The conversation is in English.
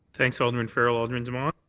thanks, alderman farrell. alderman demong?